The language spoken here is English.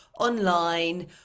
online